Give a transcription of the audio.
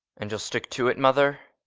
and you'll stick to it, mother?